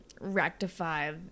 rectify